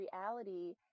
reality